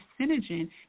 carcinogen